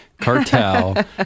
cartel